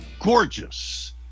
gorgeous